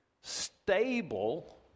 stable